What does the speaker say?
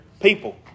People